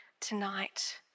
tonight